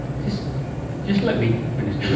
just just let me finish.